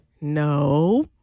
No